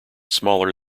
smaller